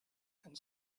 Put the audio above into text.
and